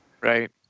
Right